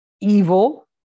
evil